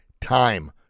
Time